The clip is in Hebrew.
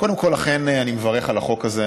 קודם כול, אכן, אני מברך על החוק הזה.